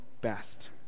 best